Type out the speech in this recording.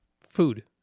food